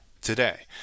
today